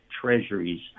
treasuries